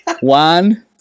one